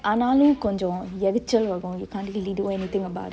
ஆனாலு கொஞ்சொ எரிச்சல் வரு:aanalu konjo erichal varu you can't really do anything about it